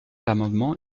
l’amendement